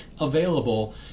available